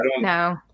no